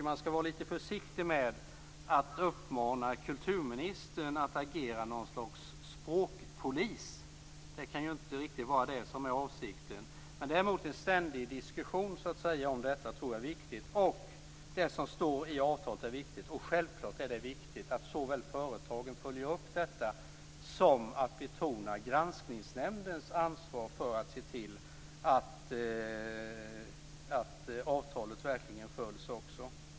Man skall vara lite försiktig att uppmana kulturministern att agera något slags språkpolis. Det kan inte vara det som skall vara avsikten. Däremot skall det vara en ständig diskussion. Det som står i avtalet är viktigt. Självklart är det viktigt att såväl företagen följer upp frågorna som att betona Granskningsnämndens ansvar för att se till att avtalet följs.